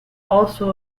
also